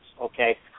Okay